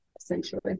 essentially